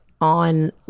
on